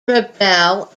rebel